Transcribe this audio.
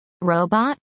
Robot